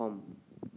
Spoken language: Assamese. অসম